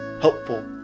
helpful